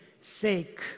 sake